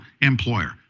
employer